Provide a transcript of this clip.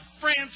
France